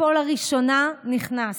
פה לראשונה זה נכנס,